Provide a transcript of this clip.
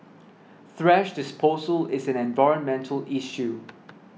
thrash disposal is an environmental issue